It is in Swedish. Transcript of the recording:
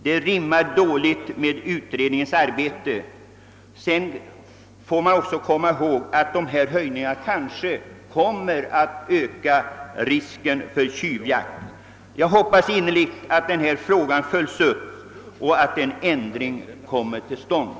Detta rimmar illa med utredningens arbete. Vi får också komma ihåg att dessa höjningar kanske kommer att öka risken för tjuvjakt. Jag hoppas att denna fråga följs upp och att en ändring kommer till stånd.